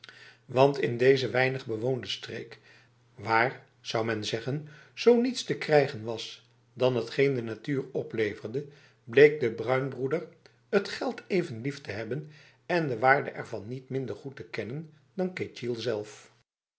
want in deze weinig bewoonde streek waar zou men zeggen zo niets te krijgen was dan t geen de natuur opleverde bleek de bruinbroeder het geld even lief te hebben en de waarde ervan niet minder goed te kennen dan ketjil zelf